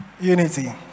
Unity